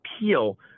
appeal